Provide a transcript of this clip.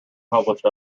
published